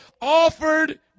offered